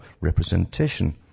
representation